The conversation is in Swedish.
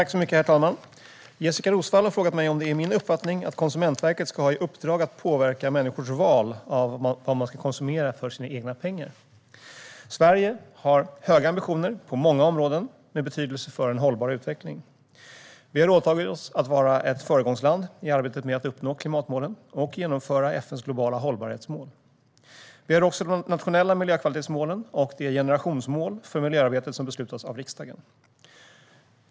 Herr talman! Jessika Roswall har frågat mig om det är min uppfattning att Konsumentverket ska ha i uppdrag att påverka människors val av vad man ska konsumera för sina egna pengar. Sverige har höga ambitioner på många områden med betydelse för en hållbar utveckling. Vi har åtagit oss att vara ett föregångsland i arbetet med att uppnå klimatmålen och genomföra FN:s globala hållbarhetsmål. Vi har också de nationella miljökvalitetsmålen och det generationsmål för miljöarbetet som beslutats av riksdagen.